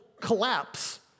collapse